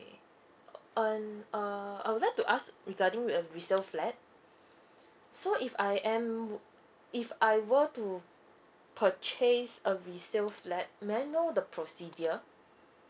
um uh I would like to ask regarding with a resale flat so if I am were if I were to purchase a resale flat may I know the procedure